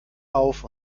auf